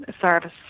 service